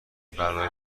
برای